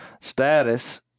status